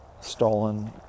stolen